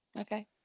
Okay